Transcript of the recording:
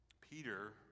Peter